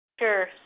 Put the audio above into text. Sure